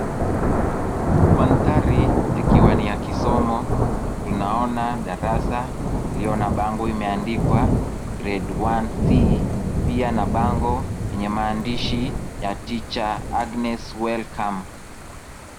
Manthari yakiwa ni ya kisomo. Tunaona darasa lililo na bango limeandikwa Grade 1C na pia na bango lenye maandishi ya Teacher Agnes [cs)welcome .